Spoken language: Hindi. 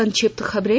संक्षिप्त खबरें